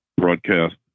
broadcast